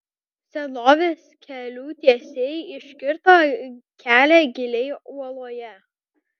senovės kelių tiesėjai iškirto kelią giliai uoloje